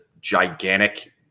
gigantic